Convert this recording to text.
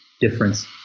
difference